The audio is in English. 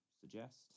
suggest